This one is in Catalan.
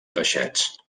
peixets